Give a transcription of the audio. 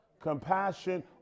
Compassion